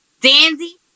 Dandy